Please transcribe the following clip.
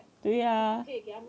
对呀